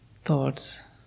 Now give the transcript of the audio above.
thoughts